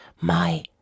My